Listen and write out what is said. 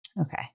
Okay